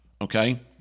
Okay